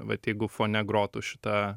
vat jeigu fone grotų šita